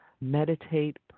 meditate